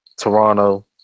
Toronto